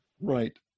Right